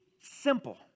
simple